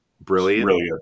brilliant